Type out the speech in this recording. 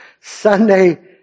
Sunday